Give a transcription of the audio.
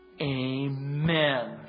Amen